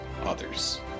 others